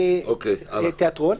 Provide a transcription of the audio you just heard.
תיאטרון.